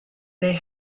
they